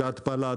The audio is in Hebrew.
את ההתפלה,